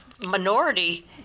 minority